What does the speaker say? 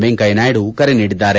ವೆಂಕಯ್ಯನಾಯ್ದು ಕರೆ ನೀಡಿದ್ದಾರೆ